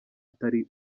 atari